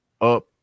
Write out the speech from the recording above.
up